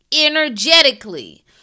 energetically